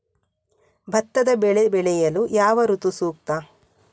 ಭತ್ತದ ಬೆಳೆ ಬೆಳೆಯಲು ಯಾವ ಋತು ಸೂಕ್ತ?